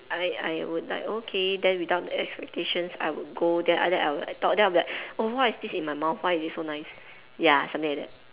I I would like okay then without the expectations I would go then then I would thought what is this in my mouth why is it so nice ya something like that